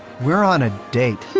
we're on a date.